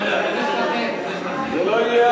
זה עוד שבע-שמונה שנים.